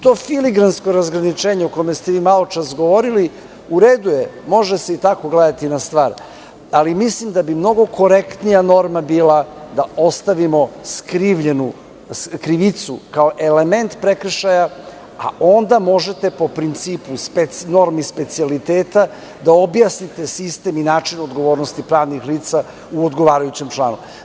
To filigransko razgraničenje, o kome ste vi maločas govorili, u redu je, može se i tako gledati na stvar, ali mislim da bi mnogo korektnija norma bila da ostavimo krivicu kao element prekršaja, a onda možete, po principu normi specijaliteta da objasnite sistem i način odgovornosti pravnih lica u odgovarajućem članu.